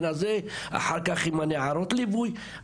אחר כך עם נערות הליווי,